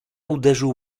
uderzył